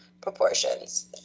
proportions